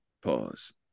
Pause